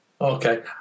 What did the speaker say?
Okay